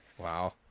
Wow